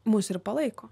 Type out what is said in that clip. mus ir palaiko